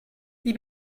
wie